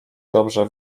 dobrze